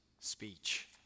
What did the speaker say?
Speech